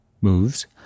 moves